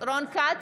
רון כץ,